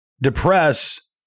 depress